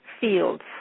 fields